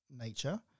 nature